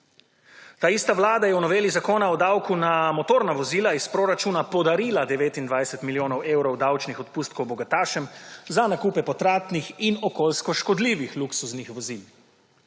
Ta ista Vlada je v noveli Zakona o davku na motorna vozila iz proračuna podarila 29 milijonov evrov davčnih odpustkov bogatašem za nakupe potratnih in okoljsko škodljivih luksuznih vozil.